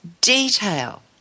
detail